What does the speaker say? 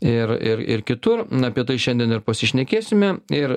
ir ir ir kitur apie tai šiandien ir pasišnekėsime ir